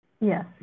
Yes